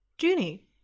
Junie